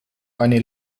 eine